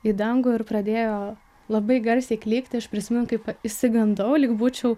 į dangų ir pradėjo labai garsiai klykti aš prisimenu kaip isigandau lyg būčiau